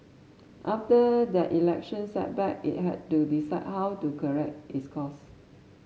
after that election setback it had to decide how to correct its course